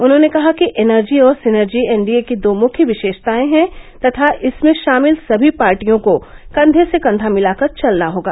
उन्होंने कहा कि एनर्जी और सिनेर्जी एनडीए की दो मुख्य विशेषताएं हैं तथा इसमें शामिल सभी पार्टियों को कंधे से कंधा मिलाकर चलना होगा